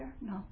No